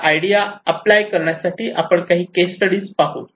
या idea apply करण्यासाठी आपण काही केस स्टडी पाहू